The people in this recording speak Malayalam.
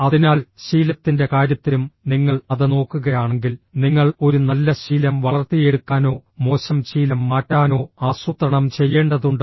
അതിനാൽ ശീലത്തിന്റെ കാര്യത്തിലും നിങ്ങൾ അത് നോക്കുകയാണെങ്കിൽ നിങ്ങൾ ഒരു നല്ല ശീലം വളർത്തിയെടുക്കാനോ മോശം ശീലം മാറ്റാനോ ആസൂത്രണം ചെയ്യേണ്ടതുണ്ട്